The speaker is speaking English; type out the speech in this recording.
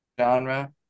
genre